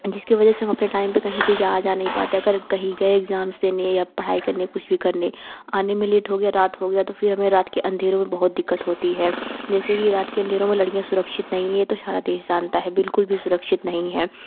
जिसकी वजह से हम अपने टाइम पर कहीं भी जा आ जा नहीं पाते हैं अगर कहीं गए इग्ज़ाम्स देने या पढ़ाई करने कुछ भी करने आने में लेट हो गया रात हो गया तो फिर हमें रात के अंधेरों में बहुत दिक्कत होती है जैसे कि रात के अंधेरों में लड़कियाँ सुरक्षित नहीं हैं ये तो सरा देश जनता हैं बिल्कुल भी सुरक्षित नहीं हैं